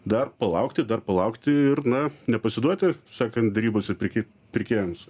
dar palaukti dar palaukti ir na nepasiduoti sakant derybose pirki pirkėjams